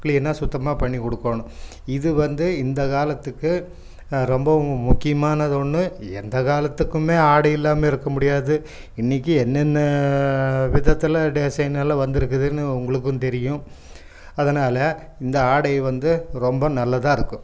கிளீனாக சுத்தமாக பண்ணிக் குடுக்கணும் இது வந்து இந்த காலத்துக்கு ரொம்பவும் முக்கியமானது ஒன்று எந்த காலத்துக்குமே ஆடை இல்லாமல் இருக்க முடியாது இன்னிக்கு என்னென்ன விதத்தில் டிசைனெல்லாம் வந்துருக்குதுன்னு உங்களுக்கும் தெரியும் அதனால் இந்த ஆடை வந்து ரொம்ப நல்லதாக இருக்கும்